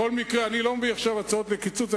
בכל מקרה, אני לא מביא עכשיו הצעות לקיצוץ.